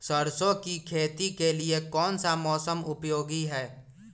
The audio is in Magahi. सरसो की खेती के लिए कौन सा मौसम उपयोगी है?